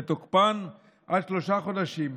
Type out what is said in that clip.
ותוקפן עד שלושה חודשים.